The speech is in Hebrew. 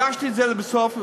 הגשתי את זה בסוף,